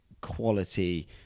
quality